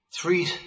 three